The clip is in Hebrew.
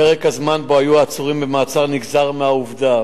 פרק הזמן שבו היו העצורים במעצר נגזר מהעובדה